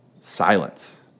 silence